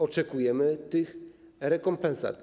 Oczekujemy tych rekompensat.